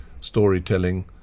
storytelling